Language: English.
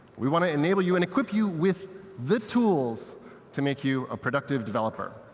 we want to enable you and equip you with the tools to make you a productive developer.